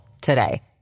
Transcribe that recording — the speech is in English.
today